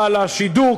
אבל השידור,